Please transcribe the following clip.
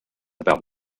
about